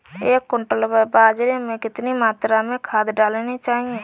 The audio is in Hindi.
एक क्विंटल बाजरे में कितनी मात्रा में खाद डालनी चाहिए?